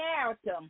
character